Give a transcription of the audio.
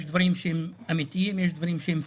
דברים שהם אמיתיים ויש דברים שהם פיקציה.